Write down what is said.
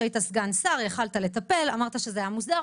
היית סגן שר, יכולת לטפל, אמרת שזה היה מוסדר.